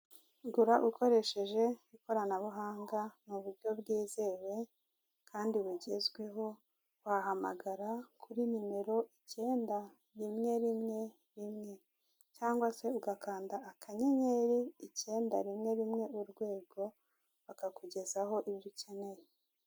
Gura ukoresheje ikoranabuhanga mu buryo bwizewe, kandi bugezweho wahamagara kuri nimero ikenda rimwe rimwe, rimwe cyangwa ugakanda akanyenyeri ikenda rimwe rimwe urwego bakakugezaho ibyo ukeneye.